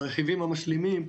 והרכיבים המשלימים.